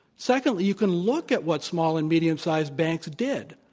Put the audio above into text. secondly, you can look at what small and medium sized banks did.